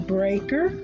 Breaker